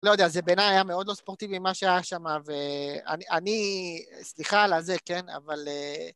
לא יודע, זה בעיניי היה מאוד לא ספורטיבי מה שהיה שם, ואני... סליחה על הזה, כן, אבל...